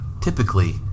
typically